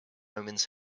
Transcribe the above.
omens